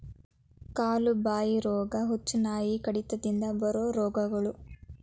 ಕಾಲು ಬಾಯಿ ರೋಗಾ, ಹುಚ್ಚುನಾಯಿ ಕಡಿತದಿಂದ ಬರು ರೋಗಗಳು